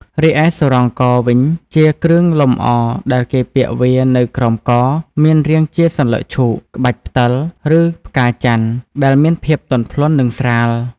រីឯសុរ៉ងកវិញជាគ្រឿងលម្អដែលគេពាក់វានៅក្រោមក មានរាងជាសន្លឹកឈូក ក្បាច់ផ្តិល ឬផ្កាចន្ទន៍ ដែលមានភាពទន់ភ្លន់ និងស្រាល។